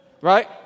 right